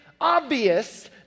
obvious